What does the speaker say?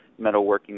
metalworking